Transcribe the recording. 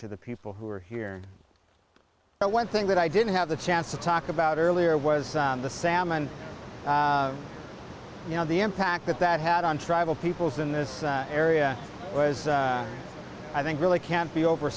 to the people who are here but one thing that i didn't have the chance to talk about earlier was the salmon you know the impact that that had on tribal peoples in this area was i think really can't be over